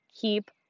keep